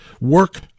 work